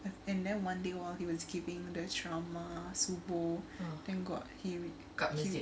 and then one day while he was giving the ceramah subuh thank god he he